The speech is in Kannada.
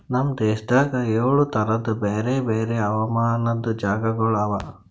ನಮ್ ದೇಶದಾಗ್ ಏಳು ತರದ್ ಬ್ಯಾರೆ ಬ್ಯಾರೆ ಹವಾಮಾನದ್ ಜಾಗಗೊಳ್ ಅವಾ